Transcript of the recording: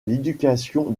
l’éducation